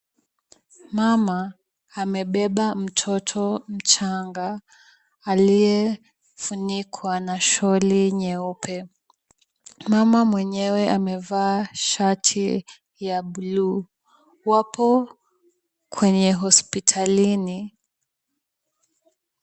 Mama amebeba mtoto mchanga aliyefunikwa na sholi nyeupe, mama mwenyewe amevaa shati ya buluu, wapo kwenye hosipitalini.